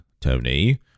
Tony